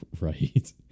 right